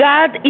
God